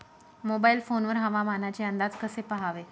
Mobile phone वर हवामानाचे अंदाज कसे पहावे?